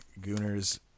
Gooners